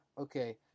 Okay